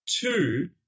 Two